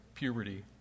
Puberty